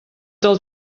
del